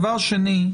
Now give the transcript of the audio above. דבר שני,